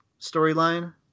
storyline